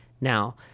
Now